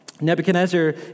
Nebuchadnezzar